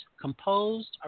composed